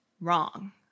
wrong